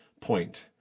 point